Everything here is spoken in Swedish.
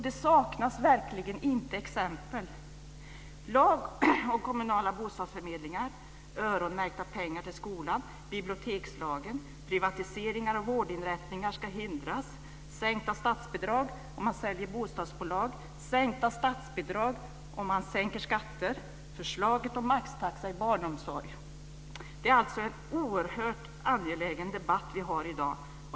Det saknas verkligen inte exempel: Det är alltså en oerhört angelägen debatt vi har i dag.